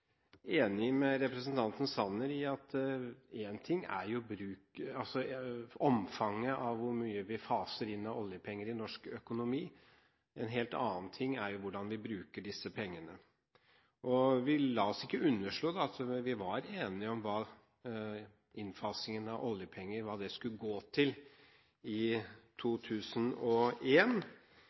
enig med representanten Sanner i at én ting er omfanget av hva vi faser inn av oljepenger i norsk økonomi, en helt annen ting er hvordan vi bruker disse pengene. La oss ikke underslå at vi var enige om hva innfasingen av oljepenger skulle gå til, i